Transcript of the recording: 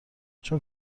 چون